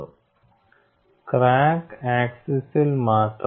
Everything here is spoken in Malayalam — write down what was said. അതും ക്രാക്ക് ആക്സിസ്സിൽ മാത്രം